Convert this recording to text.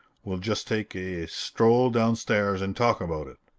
we'll just take a stroll downstairs and talk about it.